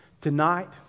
Tonight